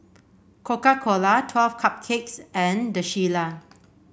Coca Cola Twelve Cupcakes and The Shilla